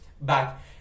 back